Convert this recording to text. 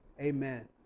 amen